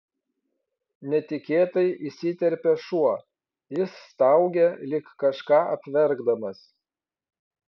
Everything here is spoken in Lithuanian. netikėtai įsiterpia šuo jis staugia lyg kažką apverkdamas